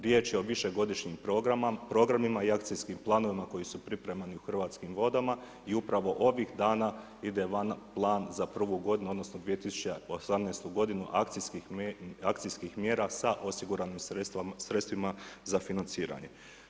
Riječ je o višegodišnjim programima i akcijskim planovima koji su pripremani u Hrvatskim vodama i upravo ovih dana ide van plan za prvu godinu, odnosno 2018. godinu akcijskih mjera sa osiguranim sredstvima za financiranje.